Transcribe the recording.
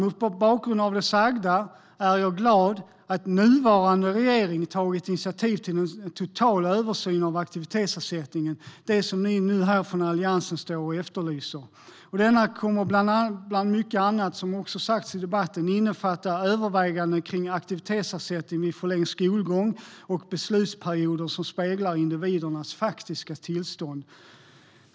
Mot bakgrund av det sagda är jag glad över att nuvarande regering har tagit initiativ till en total översyn av aktivitetsersättningen - det som ni från Alliansen nu efterlyser. Denna kommer, som också har sagts här i debatten, att innefatta överväganden kring aktivitetsersättning vid förlängd skolgång och beslutsperioder som speglar individernas faktiska tillstånd.